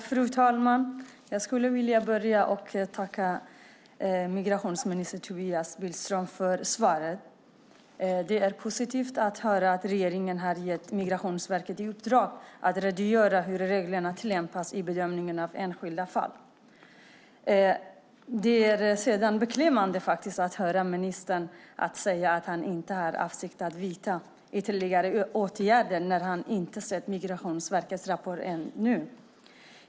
Fru talman! Jag skulle vilja börja med att tacka migrationsminister Tobias Billström för svaret. Det är positivt att höra att regeringen har gett Migrationsverket i uppdrag att redogöra för hur reglerna tillämpas i bedömningen av enskilda fall. Det är sedan beklämmande att höra ministern säga att han inte har för avsikt att vidta ytterligare åtgärder när han ännu inte sett Migrationsverkets rapport.